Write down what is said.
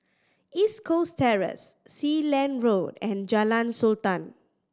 East Coast Terrace Sealand Road and Jalan Sultan